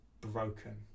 broken